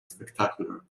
spectacular